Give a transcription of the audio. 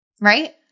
right